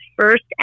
first